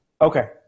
Okay